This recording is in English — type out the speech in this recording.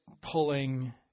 pulling